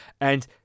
And-